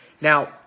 Now